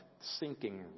sinking